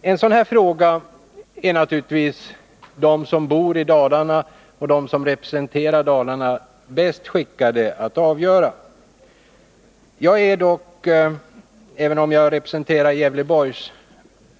Denna fråga är naturligtvis de som bor i Dalarna och de som representerar Dalarna här i riksdagen bäst skickade att avgöra. Även om jag representerar Gävleborgs